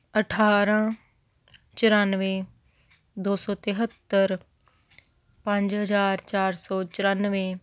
ਅਠਾਰਾਂ ਚੁਰਾਨਵੇਂ ਦੋ ਸੌ ਤਿਹੱਤਰ ਪੰਜ ਹਜ਼ਾਰ ਚਾਰ ਸੌ ਚੁਰਾਨਵੇਂ